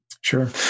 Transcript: Sure